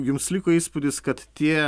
jums liko įspūdis kad tie